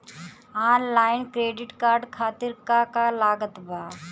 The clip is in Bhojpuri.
आनलाइन क्रेडिट कार्ड खातिर का का लागत बा?